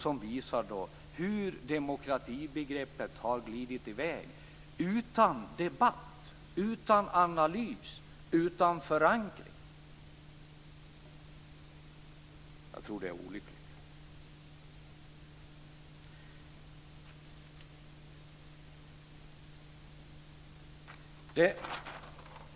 Den visar hur demokratibegreppet har glidit i väg utan debatt, utan analys och utan förankring. Jag tror att det är olyckligt.